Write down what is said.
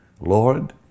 Lord